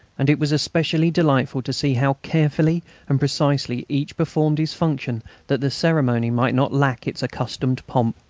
and it was especially delightful to see how carefully and precisely each performed his function that the ceremony might not lack its accustomed pomp.